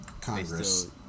Congress